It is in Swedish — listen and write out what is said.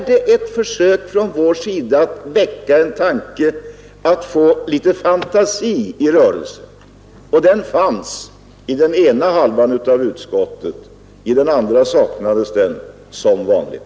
Det är ett försök från vårt håll att väcka en tanke och att få fantasin i rörelse. Och den fanns i den ena halvan av utskottet. I den andra saknades den som vanligt.